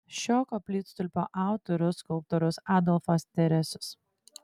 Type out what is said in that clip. šio koplytstulpio autorius skulptorius adolfas teresius